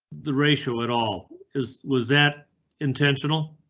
the ratio at all his. was that intentional?